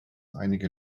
einige